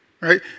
right